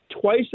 twice